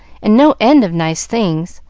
and no end of nice things,